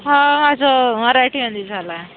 हा माझं मराठीमध्ये झालं आहे